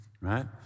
right